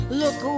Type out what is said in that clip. look